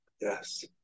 Yes